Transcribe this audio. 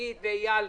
שגית ואייל,